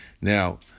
Now